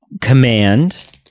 command